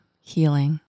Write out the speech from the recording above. healing